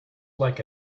like